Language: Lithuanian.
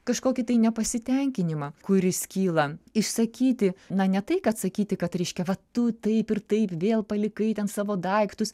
kažkokį tai nepasitenkinimą kuris kyla išsakyti na ne tai kad sakyti kad reiškia va tu taip ir taip vėl palikai ten savo daiktus